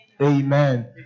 Amen